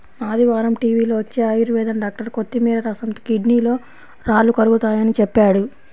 ఆదివారం టీవీలో వచ్చే ఆయుర్వేదం డాక్టర్ కొత్తిమీర రసంతో కిడ్నీలో రాళ్లు కరుగతాయని చెప్పాడు